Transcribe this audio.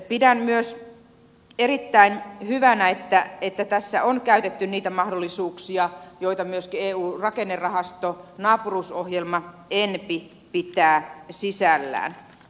pidän myös erittäin hyvänä että tässä on käytetty niitä mahdollisuuksia joita myöskin eun rakennerahasto ohjelmien naapuruusohjelma enpi pitää sisällään